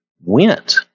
went